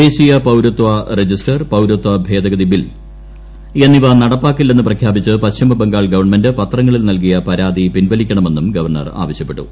ദേശീയ പൌരത്വ രജിസ്റ്റർ പൌരത്വ ഭേദഗതി ബിൽ എന്നിവ നടപ്പാക്കില്ലെന്ന് പ്രഖ്യാപിച്ച് പശ്ചിമബംഗാൾ ഗവൺമെന്റ് പത്രങ്ങളിൽ നൽകിയ പരസ്യം പിൻവലിക്കണമെന്നും ഗവർണർ ആവശ്യപ്പെട്ടു